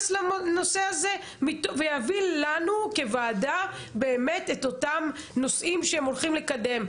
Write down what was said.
לנושא הזה ויביא לנו כוועדה באמת את אותם נושאים שהם הולכים לקדם.